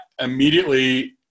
immediately